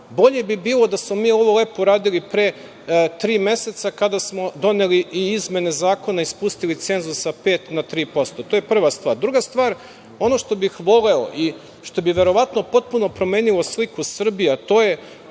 Bolje bi bilo da smo mi ovo lepo radili pre tri meseca kada smo doneli i izmene zakona i spustili cenzus sa 5 na 3%. To je prva stvar. Druga stvar, ono što bih voleo i što bi verovatno potpuno promenilo sliku Srbije, a to je,